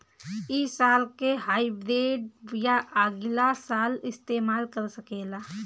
इ साल के हाइब्रिड बीया अगिला साल इस्तेमाल कर सकेला?